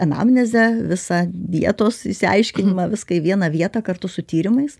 anamnezę visą dietos išsiaiškinimą viską į vieną vietą kartu su tyrimais